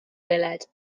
weled